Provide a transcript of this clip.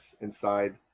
inside